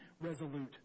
resolute